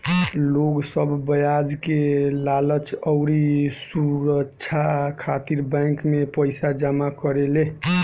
लोग सब ब्याज के लालच अउरी सुरछा खातिर बैंक मे पईसा जमा करेले